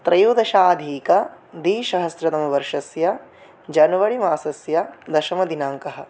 त्रयोदशाधिकद्विसहस्रतमवर्षस्य जन्वरिमासस्य दशमदिनाङ्कः